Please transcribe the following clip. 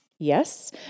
yes